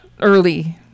early